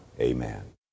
Amen